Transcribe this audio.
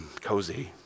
cozy